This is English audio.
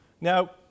Now